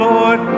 Lord